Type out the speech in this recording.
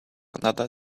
another